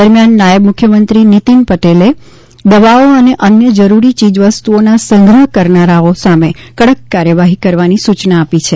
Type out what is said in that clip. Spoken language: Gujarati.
દરમિયાન નાયબ મુખ્યમંત્રી નીતીન પટેલે દવાઓ અને અન્ય જરૂરી ચીજવસ્તુઓના સંગ્રહ કરનારા સામે કડક કાર્યવાહી કરવાની સૂચના આપી છે